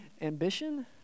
ambition